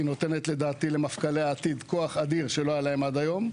לדעתי היא נותנת למפכ"לי העתיד כוח אדיר שלא היה להם עד היום,